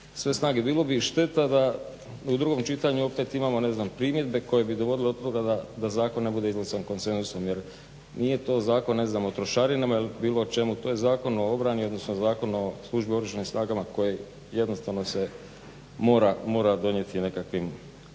sve snage. Bilo bi šteta da u drugom čitanju opet imamo ne znam primjedbe koje bi dovodile do toga da zakon ne bude izglasan konsenzusom. Jer nije to zakon ne znam o trošarinama ili bilo čemu, to je Zakon o obrani, odnosno Zakon o službi u Oružanim snagama koji jednostavno se mora donijeti nekakvim